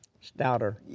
Stouter